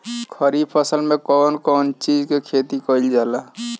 खरीफ फसल मे कउन कउन चीज के खेती कईल जाला?